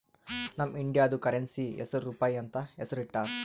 ನಮ್ ಇಂಡಿಯಾದು ಕರೆನ್ಸಿ ಹೆಸುರ್ ರೂಪಾಯಿ ಅಂತ್ ಹೆಸುರ್ ಇಟ್ಟಾರ್